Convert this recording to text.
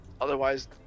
otherwise